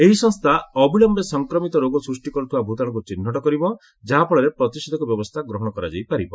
ଏହି ସଂସ୍ଥା ଅବିଳୟେ ସଂକ୍ରମିତ ରୋଗ ସୃଷ୍ଟି କରୁଥିବା ଭୂତାଶୁକୁ ଚିହ୍ନଟ କରିବ ଯାହାଫଳରେ ପ୍ରତିଷେଧକ ବ୍ୟବସ୍ଥା ଗ୍ରହଣ କରାଯାଇପାରିବ